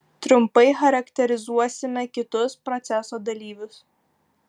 trumpai charakterizuosime kitus proceso dalyvius